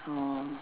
orh